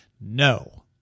no